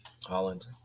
Holland